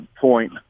point